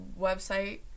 website